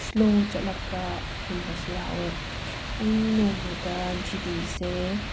slow ꯆꯂꯛꯄꯒꯨꯝꯕꯁꯨ ꯌꯥꯎꯋꯦ ꯑꯩ ꯅꯣꯡꯃꯗ ꯖꯤꯕꯤ ꯁꯦ